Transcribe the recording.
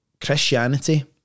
Christianity